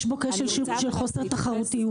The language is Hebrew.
יש בו כשל שוק של חוסר תחרותיות.